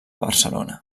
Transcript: barcelona